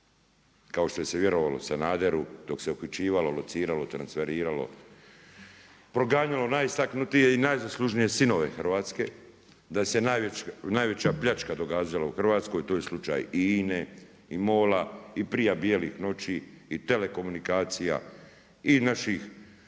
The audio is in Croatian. kao što se vjerovalo Sanaderu, dok se uključivalo, lociralo i transferiralo, proganjalo najistaknutije i najzaslužnije sinove Hrvatske, da se najveća pljačka događala u Hrvatskoj, to je slučaj INA-e i MOL-a i prija bijelih noći i telekomunikacija i naših